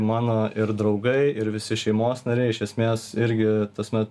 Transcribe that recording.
mano ir draugai ir visi šeimos nariai iš esmės irgi tasme